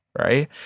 right